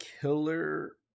killer